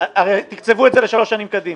הרי תקצבו את זה לשלוש שנים קדימה.